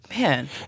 man